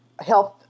health